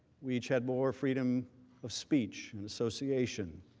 we had more freedom of speech, and association,